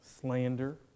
slander